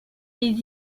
les